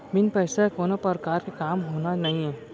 बिन पइसा के कोनो परकार के काम होना नइये